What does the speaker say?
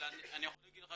אבל אני יכול להגיד לך